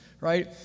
right